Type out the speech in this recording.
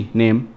name